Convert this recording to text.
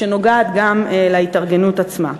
שקשורה גם להתארגנות עצמה,